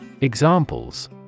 Examples